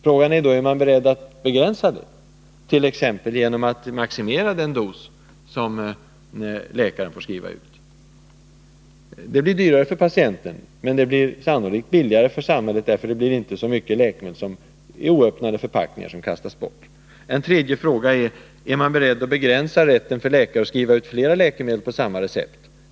Frågan är då: Är man beredd att begränsa den möjligheten, t.ex. genom att maximera den dos som läkaren får skriva ut? Det blir då dyrare för patienten, men det blir sannolikt billigare Nr 42 för samhället, eftersom det inte blir så mycket läkemedel i oöppnade förpackningar som kastas bort. Den tredje frågan är: Är man beredd att begränsa rätten för läkare att skriva ut flera läkemedel på samma recept?